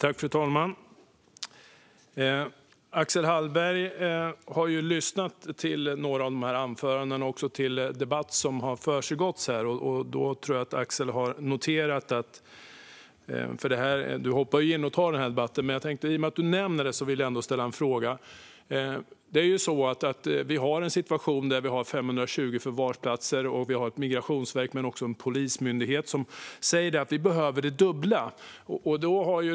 Fru talman! Axel Hallberg har lyssnat till några av våra anföranden och till debatten som pågår här. Du hoppar ju in och deltar i debatten, men i och med att du nämnde förvarsplatserna vill jag ändå ställa en fråga. Vi har en situation med 520 förvarsplatser, och vi har ett migrationsverk men också en polismyndighet som säger att vi behöver det dubbla.